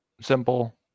simple